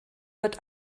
wird